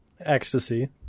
Ecstasy